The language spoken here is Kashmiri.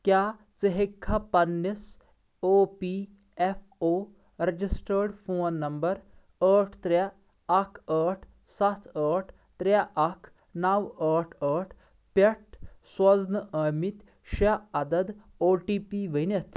کیٛاہ ژٕ ہیٚکھا پننِس E P F O registered phone number ٲٹھ ترٛےٚ اَکھ ٲٹھ سَتھ ٲٹھ ترٛےٚ اَکھ نَو ٲٹھ ٲٹھ پٮ۪ٹھ سوزنہٕ آمٕتۍ شےٚ عدد او ٹی پی ؤنِتھ